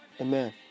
Amen